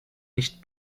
nicht